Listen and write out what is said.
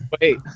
wait